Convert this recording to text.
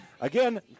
again